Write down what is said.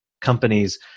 companies